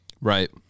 Right